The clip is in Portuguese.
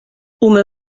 uma